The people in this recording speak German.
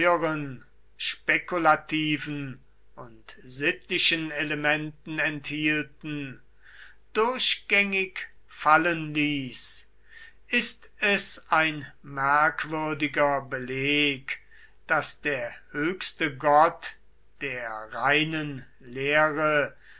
spekulativen und sittlichen elementen enthielten durchgängig fallen ließ ist es ein merkwürdiger beleg daß der höchste gott der reinen lehre